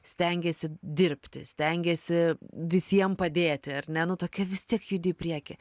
stengiesi dirbti stengiesi visiem padėti ar ne nu tokia vis tiek judi į priekį